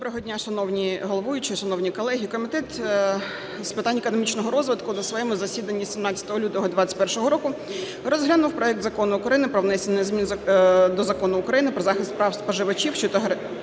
Доброго дня, шановний головуючий, шановні колеги! Комітет з питань економічного розвитку на своєму засіданні 17 лютого 21-го року розглянув проект Закону України про внесення змін до Закону України "Про захист прав споживачів" щодо